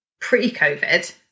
pre-COVID